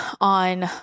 on